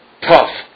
tough